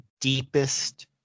deepest